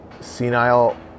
senile